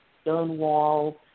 Stonewall